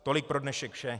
Tolik pro dnešek vše.